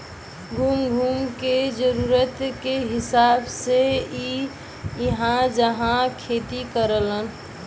घूम घूम के जरूरत के हिसाब से इ इहां उहाँ खेती करेलन